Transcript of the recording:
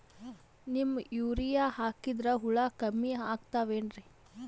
Neem urea ಹಾಕದ್ರ ಹುಳ ಕಮ್ಮಿ ಆಗತಾವೇನರಿ?